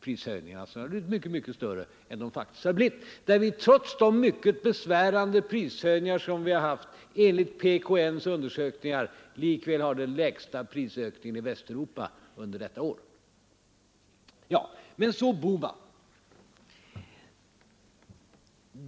Prishöjningarna hade också blivit mycket, mycket större än de faktiskt har blivit, när vi trots de mycket besvärande prishöjningar som vi har haft enligt PKN:s undersökningar likväl har den lägsta prisökningen i Västeuropa under detta år. Så herr Bohman.